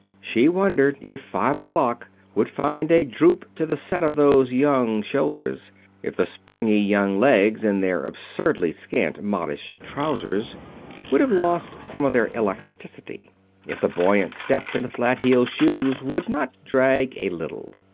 she wondered if five o'clock would find a droop to the set of those young shoulders if the springy young legs in their absurdly scant modish trousers would have lost some of their elasticity if the buoyant step in the flat-heeled shoes would not drag a little.